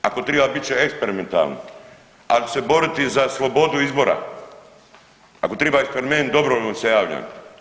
Ako triba bit će eksperimentalno, ali ću se boriti za slobodu izbora, ako triba eksperiment dobrovoljno se javljam.